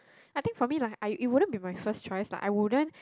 I think for me like I it wouldn't be my first choice like I wouldn't